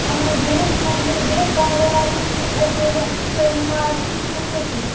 اہن حظ بیٚیہِ ٲسۍ تِم ضوٚرتھ بیٚیہِ ٲسۍ واریاہ واریاہ چیٖز اَسہِ ضوٚرَتھ تہٕ تُہۍ ؤنِو اَز کِژھ ریٹھاہ چھِ